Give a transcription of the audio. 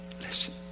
listen